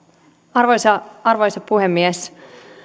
arvoisa arvoisa puhemies